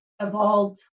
evolved